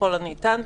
ככל הניתן,